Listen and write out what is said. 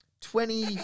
Twenty